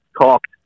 talked